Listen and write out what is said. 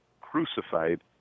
crucified